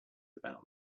about